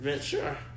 Sure